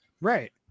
Right